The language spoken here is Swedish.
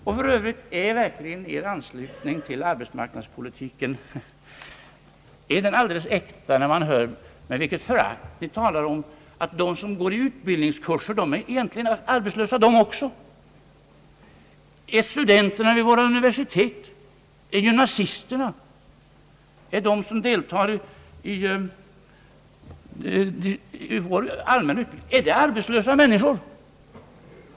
Och för övrigt: Är verkligen er anslutning till arbetsmark nadspolitiken alldeles äkta? Det frågar man sig när man hör med vilket förakt ni talar om att deltagarna i utbildningskurser egentligen också är arbetslösa. Är studenterna vid våra universitet, gymnasisterna och alla andra som deltar i olika slags utbildning arbetslösa människor?